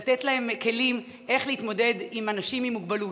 לתת להם כלים להתמודד עם אנשים עם מוגבלות.